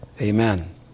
Amen